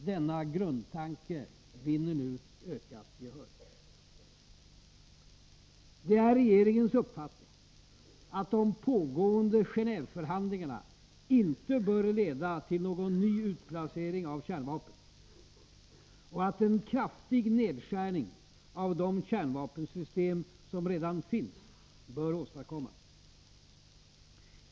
Denna grundtanke vinner nu ökat gehör. Det är regeringens uppfattning att de pågående Genåve-förhandlingarna inte bör leda till någon ny utplacering av kärnvapen och att en kraftig nedskärning av de kärnvapensystem som redan finns bör åstadkommas.